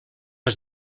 els